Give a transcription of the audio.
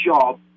job